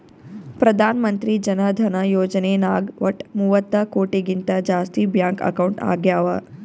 ಪ್ರಧಾನ್ ಮಂತ್ರಿ ಜನ ಧನ ಯೋಜನೆ ನಾಗ್ ವಟ್ ಮೂವತ್ತ ಕೋಟಿಗಿಂತ ಜಾಸ್ತಿ ಬ್ಯಾಂಕ್ ಅಕೌಂಟ್ ಆಗ್ಯಾವ